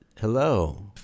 hello